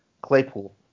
Claypool